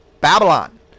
Babylon